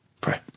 pray